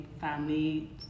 family